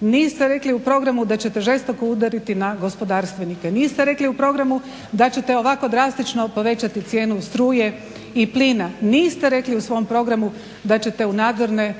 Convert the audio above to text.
niste rekli u programu da ćete žesto udariti na gospodarstvenike, niste rekli u programu da ćete ovako drastično povećati cijenu struje i plina, niste rekli u svom programu da ćete u nadzorne